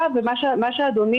מהר?